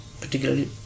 particularly